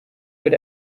good